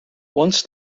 once